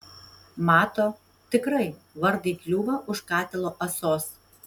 mato tikrai vartai kliūva už katilo ąsos